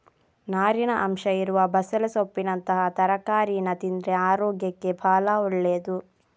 ನಾರಿನ ಅಂಶ ಇರುವ ಬಸಳೆ ಸೊಪ್ಪಿನಂತಹ ತರಕಾರೀನ ತಿಂದ್ರೆ ಅರೋಗ್ಯಕ್ಕೆ ಭಾಳ ಒಳ್ಳೇದು